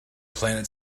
planet